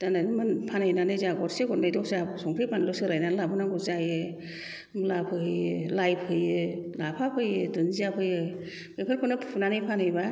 दाना फानहैनानै जोंहा गरसे गरसै दस्रा संख्रि फानलु सोलायनानै लाबोनांगौ जायो मुला फोयो लाइ फोयो लाफा फोयो दुन्दिया फोयो बेफोरखौनो फुनानै फानहैबा